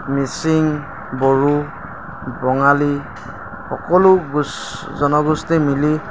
মিচিং বড়ো বঙালী সকলো জনগোষ্ঠী মিলি